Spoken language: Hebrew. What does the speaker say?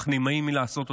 אך נמנעים מלעשות אותם.